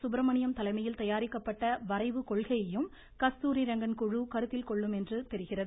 சுப்பிரமணியம் தலைமையில் தயாரிக்கப்பட்ட வரைவு கொள்கையும் கஸ்தூரிரெங்கன் குழு கருத்தில் கொள்ளும் என்று தெரிகிறது